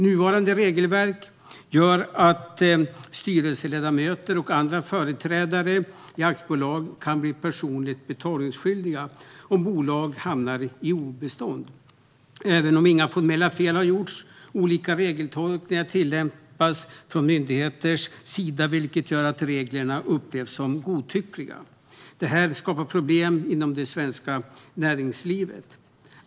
Nuvarande regelverk gör att styrelseledamöter och andra företrädare i aktiebolag kan bli personligt betalningsskyldiga om ett bolag hamnar på obestånd, även om inga formella fel har gjorts. Olika regeltolkningar tillämpas från myndigheters sida, vilket gör att reglerna upplevs som godtyckliga. Detta skapar problem i det svenska näringslivet.